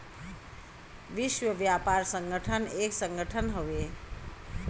विश्व व्यापार संगठन एक संगठन हउवे